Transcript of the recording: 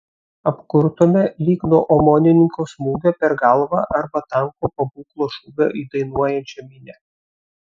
apkurtome lyg nuo omonininko smūgio per galvą arba tanko pabūklo šūvio į dainuojančią minią